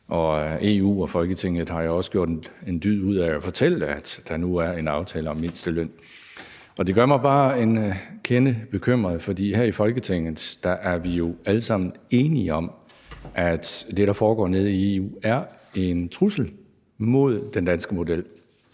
Og EU og Folketinget har jo også gjort en dyd ud af at fortælle, at der nu er en aftale om mindsteløn. Det gør mig bare en kende bekymret, for her i Folketinget er vi jo alle sammen enige om, at det, der foregår nede i EU, er en trussel mod den danske model.